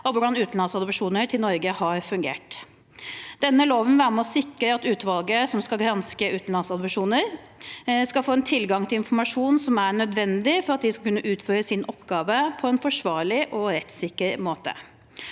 hvordan utenlandsadopsjoner til Norge har fungert. Denne loven vil være med og sikre at utvalget som skal granske utenlandsadopsjoner, skal få tilgang til infor masjon som er nødvendig for at de skal kunne utføre sin oppgave på en forsvarlig og rettssikker måte.